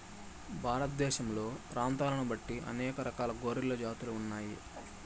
భారతదేశంలో ప్రాంతాలను బట్టి అనేక రకాల గొర్రెల జాతులు ఉన్నాయి